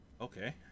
Okay